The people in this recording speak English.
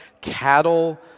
cattle